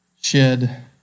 shed